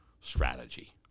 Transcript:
strategy